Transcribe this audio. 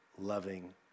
loving